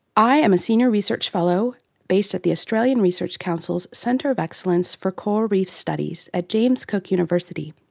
i am a senior research fellow based at the australian research council's centre of excellence for coral reef studies at james cook university.